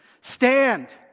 stand